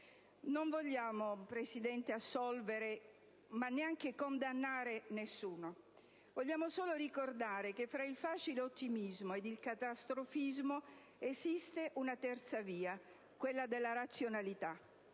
Non vogliamo, Presidente, assolvere, ma neanche condannare nessuno. Vogliamo solo ricordare che fra il facile ottimismo e il catastrofismo esiste una terza via, quella della razionalità,